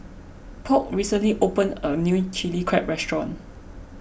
Polk recently opened a new Chili Crab restaurant